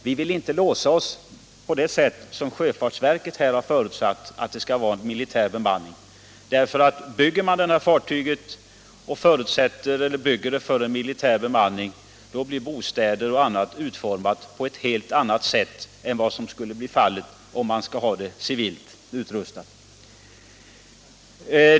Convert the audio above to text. Vi vill inte låsa. oss på det sätt som sjöfartsverket här har förutsatt, nämligen att det skall vara militär bemanning också i framtiden. Byggs fartyget för militär bemanning blir personalutrymmen och annat utformade på ett helt annat sätt än som skulle bli fallet om man skall ha civil besättning.